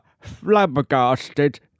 flabbergasted